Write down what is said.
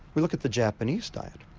we look at the japanese diet,